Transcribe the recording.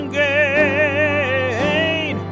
gain